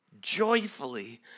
joyfully